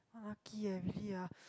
lucky eh really ah